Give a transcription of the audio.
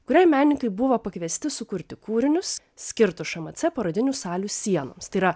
kuriai menininkai buvo pakviesti sukurti kūrinius skirtus šmc parodinių salių sienoms tai yra